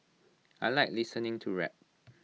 I Like listening to rap